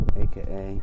aka